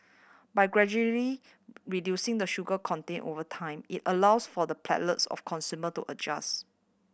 by gradually reducing the sugar content over time it allows for the palates of consumer to adjust